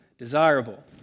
desirable